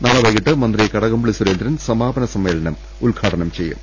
നാളെ വൈകീട്ട് മന്ത്രി കടകംപള്ളി സുരേന്ദ്രൻ സമാപന സമ്മേളനം ഉദ്ഘാടനം ചെയ്യും